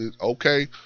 Okay